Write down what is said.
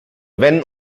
wenn